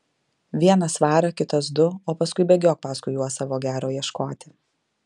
vienas svarą kitas du o paskui bėgiok paskui juos savo gero ieškoti